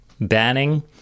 banning